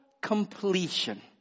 completion